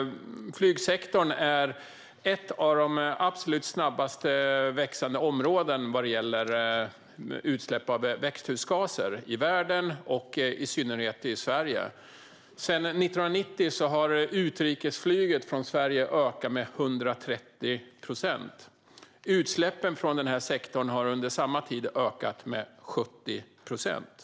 Flygsektorn är ett av de absolut snabbast växande områdena vad gäller utsläpp av växthusgaser i världen och i Sverige. Sedan 1990 har utrikesflyg från Sverige ökat med 130 procent. Utsläppen från sektorn har under samma tid ökat med 70 procent.